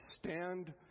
stand